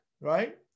Right